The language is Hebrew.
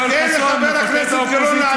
וכל האופוזיציה,